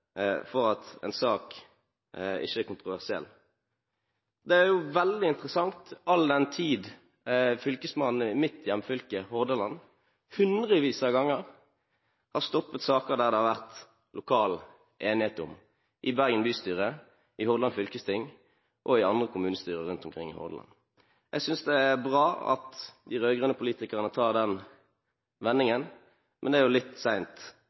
for at en sak ikke er kontroversiell. Det er veldig interessant, all den tid fylkesmannen i mitt hjemfylke, Hordaland, hundrevis av ganger har stoppet saker det har vært lokal enighet om i Bergen bystyre, i Hordaland fylkesting og i andre kommunestyrer rundt omkring i Hordaland. Jeg synes det er bra at de rød-grønne politikerne tar den vendingen, men det er litt